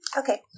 okay